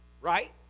right